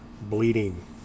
bleeding